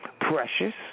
Precious